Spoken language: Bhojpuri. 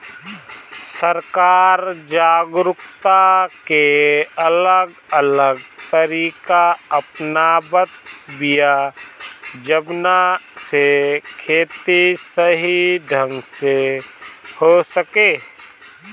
सरकार जागरूकता के अलग अलग तरीका अपनावत बिया जवना से खेती सही ढंग से हो सके